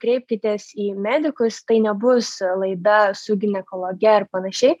kreipkitės į medikus tai nebus laida su ginekologe ar panašiai